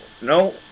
no